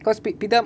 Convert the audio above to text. cause pi~ pitham